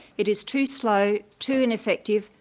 it is too slow, too ineffective,